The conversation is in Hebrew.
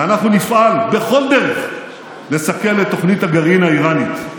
ואנחנו נפעל בכל דרך לסכל את תוכנית הגרעין האיראנית.